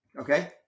Okay